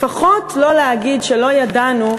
לפחות לא להגיד שלא ידענו,